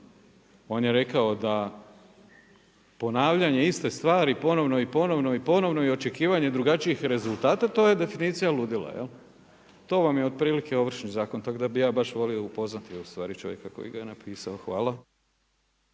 On je rekao da ponavljanje iste stvari ponovno i ponovno i ponovno i očekivanje drugačijih rezultata to je definicija ludila. To vam je otprilike Ovršni zakon, tak da bih ja baš volio upoznati u stvari čovjeka koji ga je napisao. Hvala.